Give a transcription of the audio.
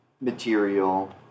material